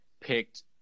picked